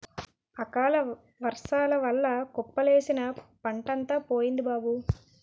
అకాలవర్సాల వల్ల కుప్పలేసిన పంటంతా పోయింది బాబూ